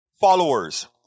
followers